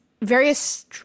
various